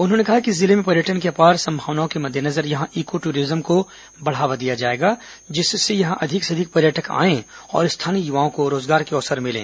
उन्होंने कहा कि जिले में पर्यटन की अपार सम्भावनाओ के मद्देनजर यहां इको टूरिज्म को बढ़ावा दिया जाएगा जिससे यहां अधिक से अधिक पर्यटक आएं और स्थानीय युवाओं को रोजगार के अवसर मिले